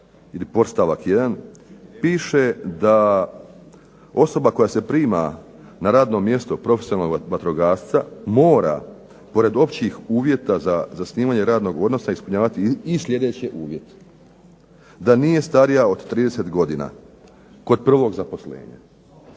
2. podstavak 1. piše da osoba koja se prima na radno mjesto profesionalnog vatrogasca mora pored općih uvjeta za zasnivanje radnog odnosa ispunjavati i sljedeće uvjete, da nije starija od 30 godina kod prvog zaposlenja.